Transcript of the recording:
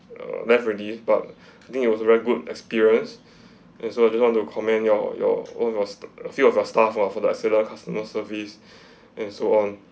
uh left already but I think it was a very good experience and so I just want to comment your your own a few of your staff ah for the excellent customer service and so on